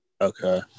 okay